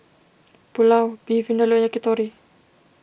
Pulao Beef Vindaloo and Yakitori